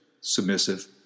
submissive